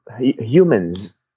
humans